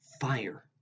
fire